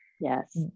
Yes